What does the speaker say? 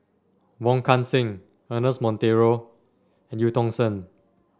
Wong Kan Seng Ernest Monteiro and Eu Tong Sen